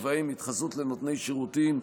ובהם התחזות לנותני שירותים,